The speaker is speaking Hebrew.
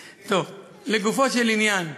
לגופו של עניין: